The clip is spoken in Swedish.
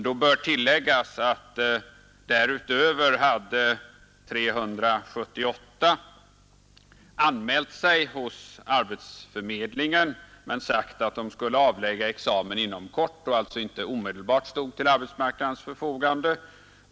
Då bör tilläggas att därutöver hade 378 anmält sig hos arbetsförmedlingen men sagt att de skulle avlägga examen inom kort och alltså inte omedelbart stod till arbetsmarknadens förfogande.